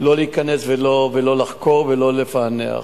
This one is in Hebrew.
לא להיכנס ולא לחקור ולא לפענח.